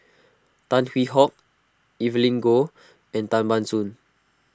Tan Hwee Hock Evelyn Goh and Tan Ban Soon